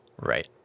Right